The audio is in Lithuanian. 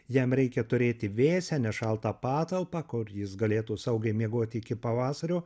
jam reikia turėti vėsią nešaltą patalpą kur jis galėtų saugiai miegoti iki pavasario